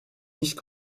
nicht